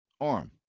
arm